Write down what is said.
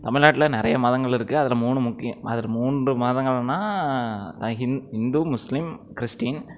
தமிழ்நாட்டில் நிறைய மதங்கள் இருக்குது அதில் மூணு முக்கிய அதில் மூன்று மதங்கள்னால் ஹிந்து முஸ்லிம் கிறிஸ்டின்